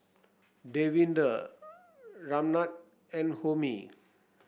Davinder Ramnath and Homi